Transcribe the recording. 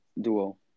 duo